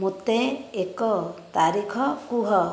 ମୋତେ ଏକ ତାରିଖ କୁହ